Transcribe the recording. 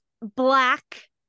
black